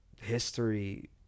history